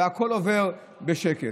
והכול עובר בשקט.